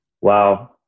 Wow